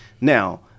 now